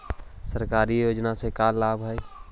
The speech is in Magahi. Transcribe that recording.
सरकारी योजना से का लाभ है?